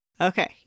Okay